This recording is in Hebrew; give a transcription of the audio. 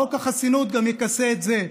חוק החסינות יכסה גם את זה.